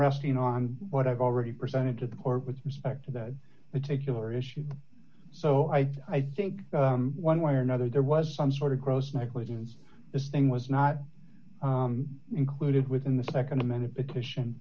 resting on what i've already presented to the court with respect to that particular issue so i i think one way or another there was some sort of gross negligence this thing was not included within the nd amended petition